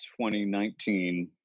2019